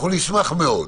אנחנו נשמח מאוד.